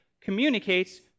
communicates